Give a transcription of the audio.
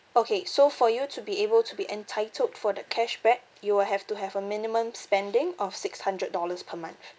okay so for you to be able to be entitled for the cashback you will have to have a minimum spending of six hundred dollars per month